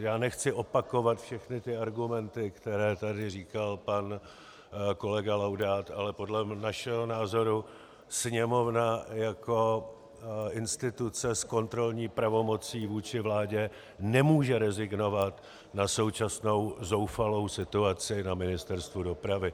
Já nechci opakovat všechny ty argumenty, které tady říkal pan kolega Laudát, ale podle našeho názoru Sněmovna jako instituce s kontrolní pravomocí vůči vládě nemůže rezignovat na současnou zoufalou situaci na Ministerstvu dopravy.